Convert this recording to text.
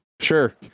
Sure